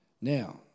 Now